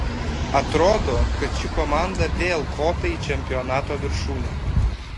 atrodo kad ši komanda vėl kopia į čempionato viršūnę